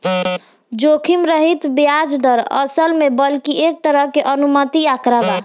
जोखिम रहित ब्याज दर, असल में बल्कि एक तरह के अनुमानित आंकड़ा बा